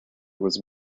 was